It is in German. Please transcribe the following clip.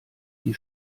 die